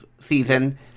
season